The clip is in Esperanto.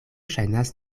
ŝajnas